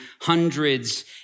hundreds